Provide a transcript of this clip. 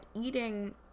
eating